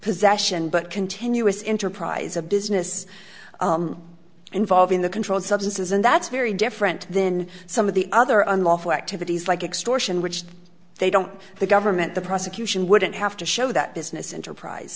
possession but continuous into a prize of business involving the controlled substances and that's very different than some of the other unlawful activities like extortion which they don't the government the prosecution wouldn't have to show that business enterprise